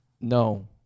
No